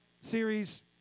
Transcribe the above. series